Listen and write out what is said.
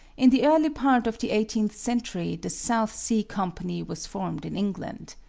in the early part of the eighteenth century the south sea company was formed in england.